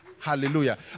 Hallelujah